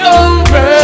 over